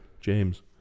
James